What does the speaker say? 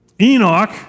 Enoch